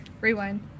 Rewind